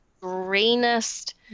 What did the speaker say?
greenest